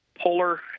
polar